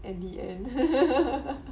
in the end